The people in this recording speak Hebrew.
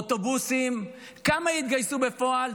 אוטובוסים, כמה התגייסו בפועל?